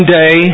day